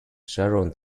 sharon